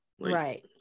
Right